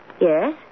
Yes